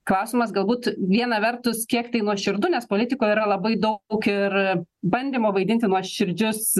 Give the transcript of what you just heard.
klausimas galbūt viena vertus kiek tai nuoširdu nes politikoje yra labai daug ir bandymo vaidinti nuoširdžius